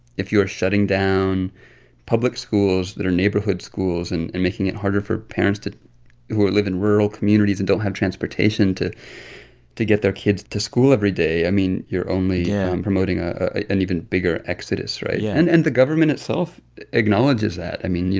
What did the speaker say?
if you are shutting down public schools that are neighborhood schools and and making it harder for parents to who live in rural communities and don't have transportation to to get their kids to school every day, i mean, you're only. yeah. promoting ah an even bigger exodus, right? yeah and and the government itself acknowledges that. i mean, you